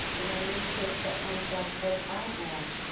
then i need to accept myself as i am.